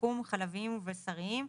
סכו"ם - חלביים ובשריים,